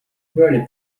very